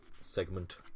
segment